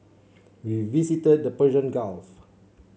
we visited the Persian Gulf